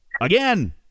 again